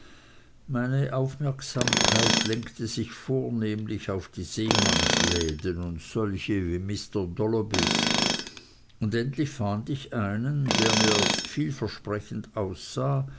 meine aufmerksamkeit lenkte sich vornehmlich auf die seemannsläden und solche wie mr dollobys und endlich fand ich einen der mir vielversprechend aussah